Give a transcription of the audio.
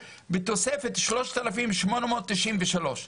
בתוספת שלושת אלפים שמונה מאות תשעים ושלוש,